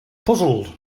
puzzled